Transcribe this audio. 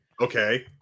Okay